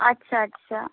আচ্ছা আচ্ছা